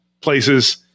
places